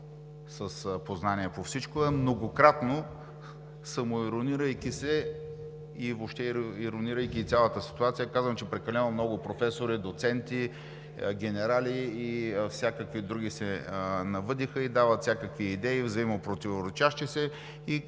с познания по всичко, а многократно, самоиронизирайки се и въобще, иронизирайки цялата ситуация, казвам, че прекалено много професори, доценти, генерали и всякакви други се навъдиха и дават всякакви идеи, взаимно противоречащи си.